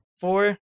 four